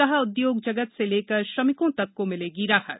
कहा उद्योग जगत से लेकर श्रमिकों तक को मिलेगी राहत